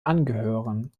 angehören